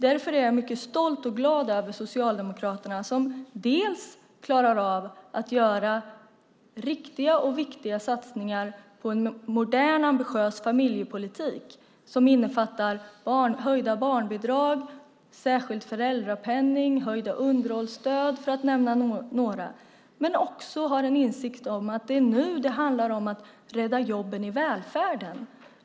Därför är jag mycket stolt och glad över Socialdemokraterna, som dels klarar av att göra riktiga och viktiga satsningar på en modern och ambitiös familjepolitik som innefattar höjda barnbidrag, särskild föräldrapenning och höjda underhållsstöd för att nämna några åtgärder, dels har en insikt om att det är nu det handlar om att rädda jobben i välfärden.